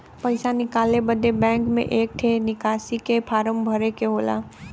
पइसा निकाले बदे बैंक मे एक ठे निकासी के फारम भरे के होला